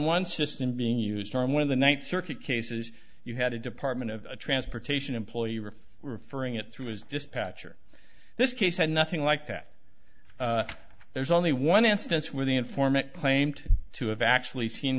one system being used one of the ninth circuit cases you had a department of transportation employee you refer referring at through his dispatcher this case had nothing like that there's only one instance where the informant claimed to have actually seen